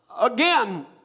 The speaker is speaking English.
again